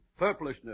purplishness